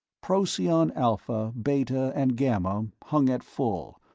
procyon alpha, beta and gamma hung at full,